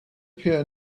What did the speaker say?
peer